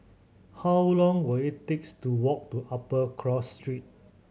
how long will it takes to walk to Upper Cross Street